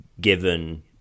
given